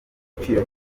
igiciro